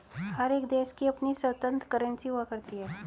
हर एक देश की अपनी स्वतन्त्र करेंसी हुआ करती है